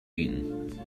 eaten